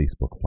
Facebook